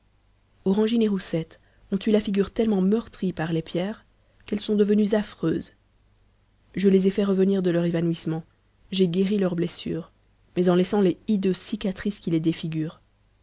et roussette ont eu la figure tellement meurtrie par les pierres qu'elles sont devenues affreuses je les ai fait revenir de leur évanouissement j'ai guéri leurs blessures mais en laissant les hideuses cicatrices qui les défigurent